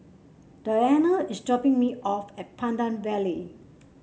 Diana is dropping me off at Pandan Valley